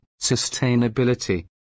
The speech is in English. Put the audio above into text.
sustainability